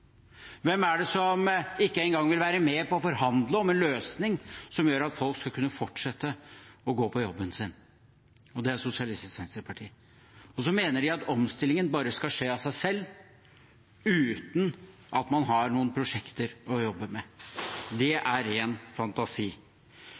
Hvem er det som ikke engang vil være med på å forhandle om en løsning som gjør at folk skal kunne fortsette å gå på jobben sin? Det er Sosialistisk Venstreparti. Så mener de at omstillingen bare skal skje av seg selv, uten at man har noen prosjekter å jobbe med. Det